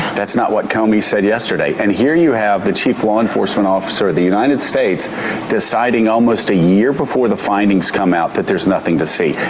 that's not what comey said yesterday, and here you have the chief law enforcement officer of the united states deciding almost a year before the findings come out that there's nothing to see.